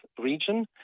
region